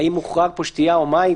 האם הוחרגו פה שתייה או מים?